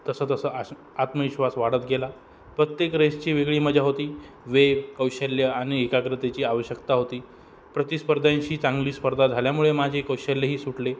तसं तसं आश आत्मविश्वास वाढत गेला प्रत्येक रेसची वेगळी मजा होती वेग कौशल्य आणि एकाग्रतेची आवश्यकता होती प्रतिस्पर्ध्यांशी चांगली स्पर्धा झाल्यामुळे माझे कौशल्यही सुटले